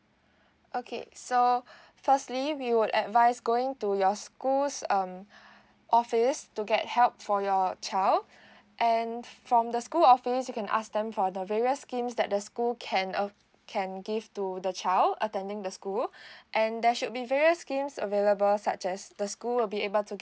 okay so firstly we would advise going to your schools um office to get help for your child and from the school office you can ask them for the various schemes that the school can uh can give to the child attending the school and there should be various schemes available such as the school will be able to